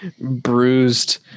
bruised